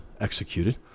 executed